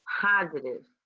positive